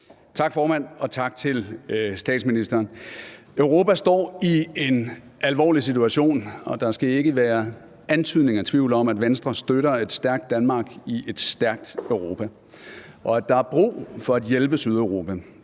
Tak, formand. Og tak til statsministeren. Europa står i en alvorlig situation, og der skal ikke være antydning af tvivl om, at Venstre støtter et stærkt Danmark i et stærkt Europa. Der er brug for at hjælpe Sydeuropa,